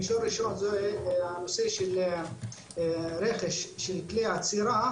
מישור ראשון זה הנושא של רכש של כלי אצירה